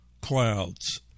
clouds